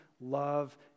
love